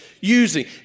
using